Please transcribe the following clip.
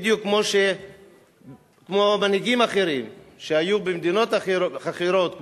בדיוק כמו מנהיגים אחרים שהיו במדינות אחרות,